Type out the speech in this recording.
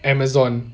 amazon